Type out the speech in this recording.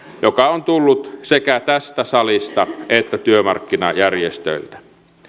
joka on tullut sekä tästä salista että työmarkkinajärjestöiltä